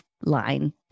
line